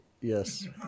Yes